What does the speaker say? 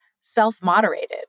self-moderated